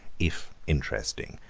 if interesting,